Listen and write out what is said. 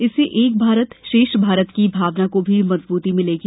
इससे एक भारत श्रेष्ठ भारत की भावना को भी मजबूती मिलेगी